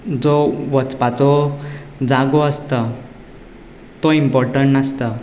जो वचपाचो जागो आसता तो इमपोटंट नासता